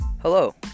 hello